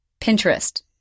Pinterest